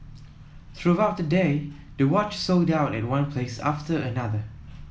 throughout the day the watch sold out at one place after another